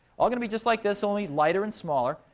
all going to be just like this, only lighter and smaller,